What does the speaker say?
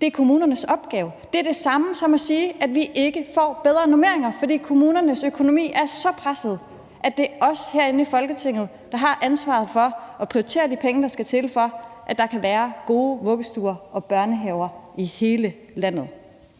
det er kommunernes opgave, det samme som at sige, at vi ikke får bedre normeringer, for kommunernes økonomi er så presset, at det er os herinde i Folketinget, der har ansvaret for at prioritere de penge, der skal til, for at der kan være gode vuggestuer og børnehaver i hele landet.